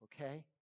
okay